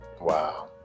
Wow